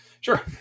sure